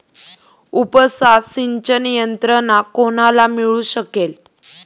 उपसा सिंचन यंत्रणा कोणाला मिळू शकेल?